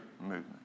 movement